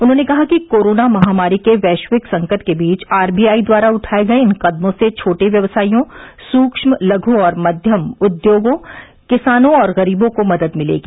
उन्होंने कहा कि कोरोना महामारी के वैश्विक संकट के बीच आर बी आई द्वारा उठाए गए इन कदमों से छोटे व्यवसायियों सूक्ष्म लघ् और मध्यम उद्योगों किसानों और गरीबों को मदद मिलेगी